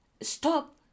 Stop